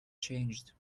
changed